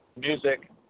music